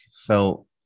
felt